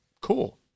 Cool